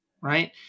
right